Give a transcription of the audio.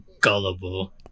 gullible